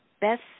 best